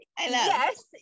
yes